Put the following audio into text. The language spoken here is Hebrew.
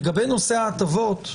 לגבי נושא ההטבות,